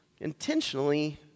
intentionally